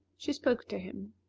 she spoke to him.